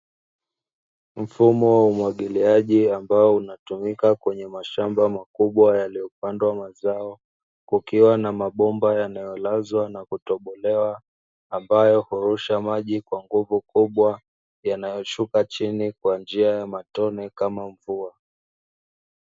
Mfumo wa umwagiliaji ambao unatumika kwenye mashamba makubwa yaliyopandwa mazao, kukiwa na mabomba yanayolazwa na kutobolewa, ambayo hurusha maji kwa nguvu kubwa, yanayoshuka chini kwa njia ya matone kama mvua.